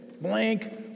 blank